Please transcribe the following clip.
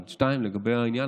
1. 2. לגבי העניין,